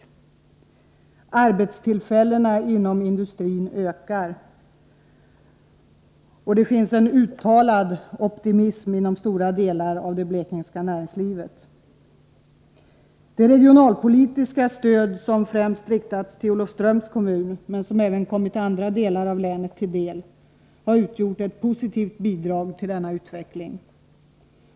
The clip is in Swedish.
Antalet arbetstillfällen inom industrin ökar, och det finns en uttalad optimism inom stora delar av det blekingska näringslivet. Det regionalpolitiska stöd som främst riktats till Olofströms kommun men som även kommit andra delar av länet till del har utgjort ett positivt bidrag till denna utveckling.